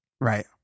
Right